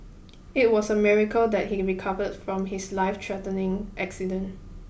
it was a miracle that he recovered from his lifethreatening accident